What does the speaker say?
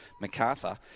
MacArthur